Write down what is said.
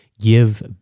give